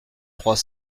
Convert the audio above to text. trois